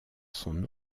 son